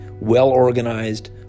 well-organized